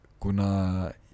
Kuna